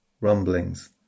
rumblings